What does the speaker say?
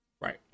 Right